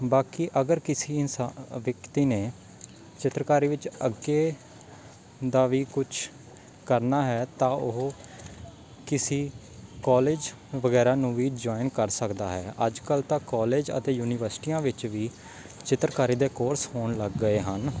ਬਾਕੀ ਅਗਰ ਕਿਸੇ ਇਨਸਾ ਵਿਅਕਤੀ ਨੇ ਚਿੱਤਰਕਾਰੀ ਵਿੱਚ ਅੱਗੇ ਦਾ ਵੀ ਕੁਛ ਕਰਨਾ ਹੈ ਤਾਂ ਉਹ ਕਿਸੇ ਕੋਲਜ ਵਗੈਰਾ ਨੂੰ ਵੀ ਜੁਇਨ ਕਰ ਸਕਦਾ ਹੈ ਅੱਜ ਕੱਲ੍ਹ ਤਾਂ ਕੋਲਜ ਅਤੇ ਯੂਨੀਵਰਸਿਟੀਆਂ ਵਿੱਚ ਵੀ ਚਿੱਤਰਕਾਰੀ ਦੇ ਕੋਰਸ ਹੋਣ ਲੱਗ ਗਏ ਹਨ